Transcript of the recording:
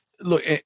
look